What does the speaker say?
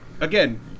again